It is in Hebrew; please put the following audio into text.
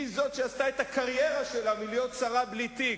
היא זאת שעשתה את הקריירה שלה כשרה בלי תיק,